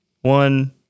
One